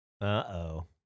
Uh-oh